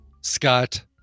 Scott